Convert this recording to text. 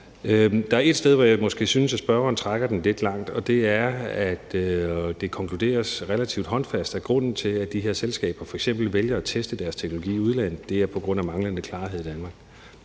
Der er ét sted, hvor jeg måske synes at spørgeren trækker den lidt langt, og det er, at det konkluderes relativt håndfast, at grunden til, at de her selskaber f.eks. vælger at teste deres teknologi i udlandet, er manglende klarhed i Danmark.